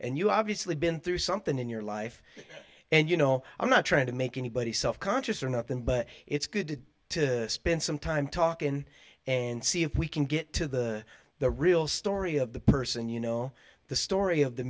and you obviously been through something in your life and you know i'm not trying to make anybody self conscious or not them but it's good to spend some time talking and see if we can get to the the real story of the person you know the story of the